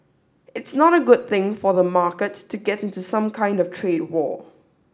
it's not a good thing for the market to get into some kind of trade war